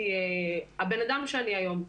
הבן אדם שאני היום,